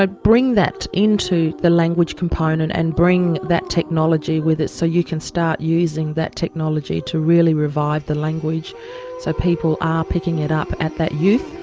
bring that into the language component and bring that technology with it so you can start using that technology to really revive the language so people are picking it up at that youth,